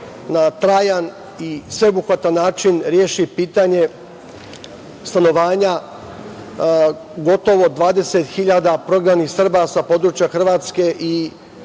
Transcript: na trajan i sveobuhvatan način reši pitanje stanovanja gotovo 20 hiljada prognanih Srba sa područja Hrvatske i